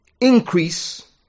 increase